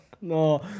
no